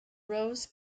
rose